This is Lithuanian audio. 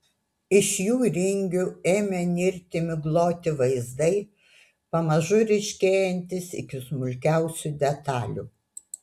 iš jų ringių ėmė nirti migloti vaizdai pamažu ryškėjantys iki smulkiausių detalių